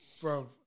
bro